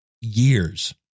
years